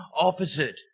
opposite